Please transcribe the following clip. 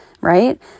right